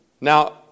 Now